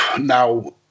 Now